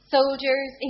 Soldiers